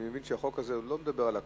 אני מבין שהחוק הזה עוד לא מדבר על הקנס.